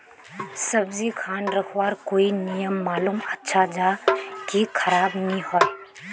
सब्जी खान रखवार कोई नियम मालूम अच्छा ज की खराब नि होय?